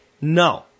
No